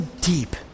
deep